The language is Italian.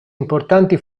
importanti